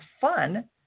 fun